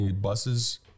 buses